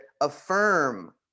affirm